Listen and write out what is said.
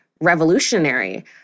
revolutionary